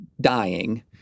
dying